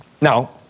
Now